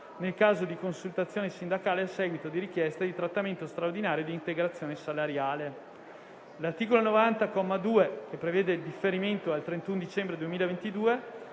nel caso di consultazione sindacale a seguito di richiesta di trattamento straordinario di integrazione salariale; - l'articolo 90, comma 2, che prevede il differimento al 31 dicembre 2022